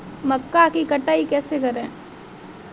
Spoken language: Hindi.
मक्का की कटाई कैसे करें?